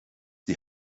die